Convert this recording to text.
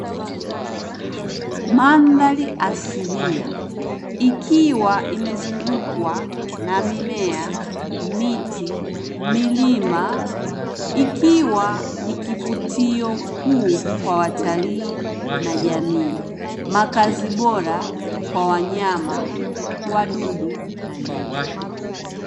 Mandhari asilia ikiwa imezungukwa na mimea, miti, milima ikiwa ni kivutio kuu kwa watalii na jamii, makazi bora kwa wanyama, wadudu na ndege.